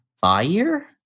fire